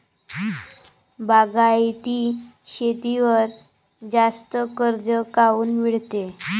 बागायती शेतीवर जास्त कर्ज काऊन मिळते?